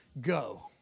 go